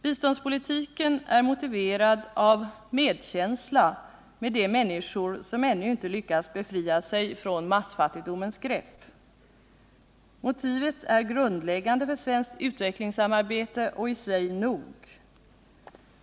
Biståndspolitiken är motiverad av medkänsla med de människor som ännu inte lyckats befria sig från massfattigdomens grepp. Motivet är grundläggande för svenskt utvecklingssamarbete och i sig nog.